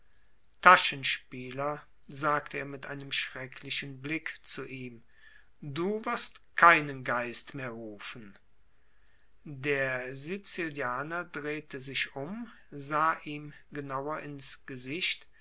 taschenspieler sagte er mit schrecklichem blick zu ihm du wirst keinen geist mehr rufen der sizilianer drehte sich um sah ihm genauer ins gesicht